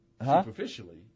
superficially